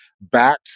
back